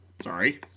sorry